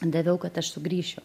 daviau kad aš sugrįšiu